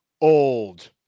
old